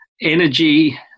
energy